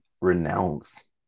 Renounce